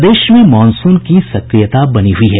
प्रदेश में मॉनसून की सक्रियता बनी हुई है